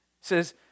Says